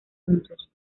juntos